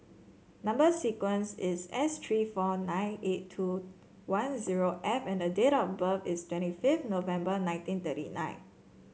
number sequence is S tree four nine eight two one zero F and date of birth is twenty fifth November nineteen thirty nine